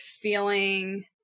feeling